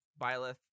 Byleth